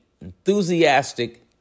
enthusiastic